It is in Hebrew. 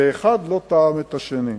ואלה לא תאמו את אלה,